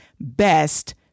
best